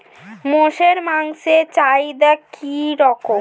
মোষের মাংসের চাহিদা কি রকম?